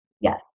Yes